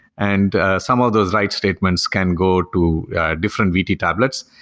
and some of those write statements can go to different vt tablets.